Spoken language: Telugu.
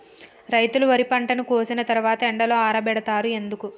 రైతులు వరి పంటను కోసిన తర్వాత ఎండలో ఆరబెడుతరు ఎందుకు?